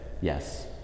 yes